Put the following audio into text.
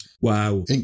wow